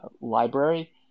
library